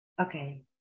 Okay